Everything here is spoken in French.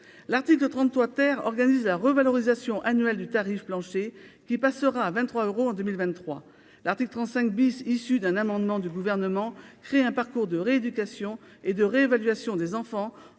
l'article de 33 terre organise la revalorisation annuelle du tarif plancher qui passera à 23 euros en 2023, l'article 35 bis issu d'un amendement du gouvernement : créer un parcours de rééducation et de réévaluation des enfants